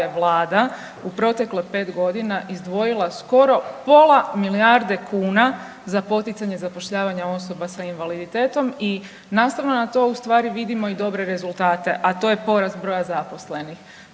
je Vlada u proteklih 5 godina izdvojila skoro pola milijarde kuna za poticanje zapošljavanja osoba sa invaliditetom. I nastavno na to ustvari vidimo i dobre rezultate, a to je porast broja zaposlenih.